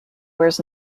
wears